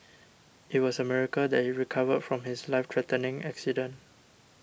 it was a miracle that he recovered from his life threatening accident